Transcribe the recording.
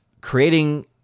creating